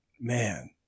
Man